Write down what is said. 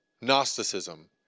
Gnosticism